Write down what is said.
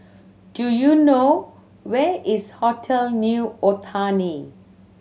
do you know where is Hotel New Otani